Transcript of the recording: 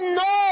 no